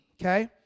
okay